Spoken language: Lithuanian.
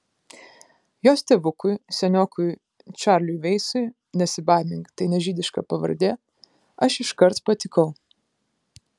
jos tėvukui seniokui čarliui veisui nesibaimink tai ne žydiška pavardė aš iškart patikau